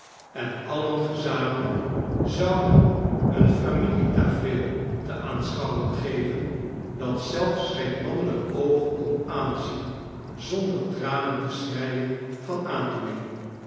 en alien gezamenlijk zouden een familietafereel te aanschou wen geven dat zelfs geen mannelijk oog kon aamzien zonder tranen te schreden van aandoening